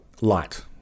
light